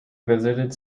visited